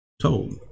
told